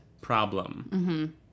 problem